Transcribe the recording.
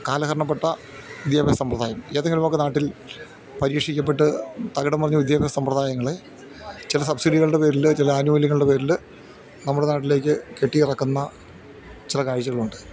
കാലഹരണപ്പെട്ട വിദ്യാഭ്യാസ സമ്പ്രദായം ഏതെങ്കിലും ഒക്കെ നാട്ടിൽ പരീക്ഷിക്കപ്പെട്ട് തകിടം മറിഞ്ഞ വിദ്യാഭ്യാസ സമ്പ്രദായങ്ങളെ ചില സബ്സിഡികളുടെ പേരിൽ ചില ആനുകൂല്യങ്ങളുടെ പേരിൽ നമ്മുടെ നാട്ടിലേക്ക് കെട്ടി ഇറക്കുന്ന ചില കാഴ്ചകളുണ്ട്